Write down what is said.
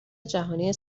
جهانی